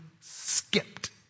skipped